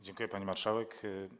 Dziękuję, pani marszałek.